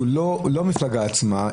שהוא לא המפלגה עצמה.